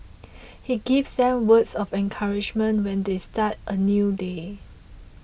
he gives them words of encouragement when they start a new day